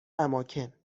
اماکن